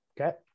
okay